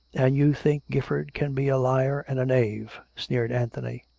and you think gifford can be a liar and a knave! sneered anthony.